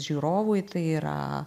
žiūrovui tai yra